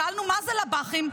שאלנו: מה זה לב"חים?